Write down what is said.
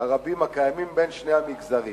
הרבים הקיימים בין שני המגזרים.